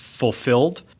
fulfilled